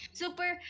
super